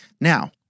Now